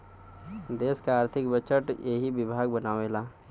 देस क आर्थिक बजट एही विभाग बनावेला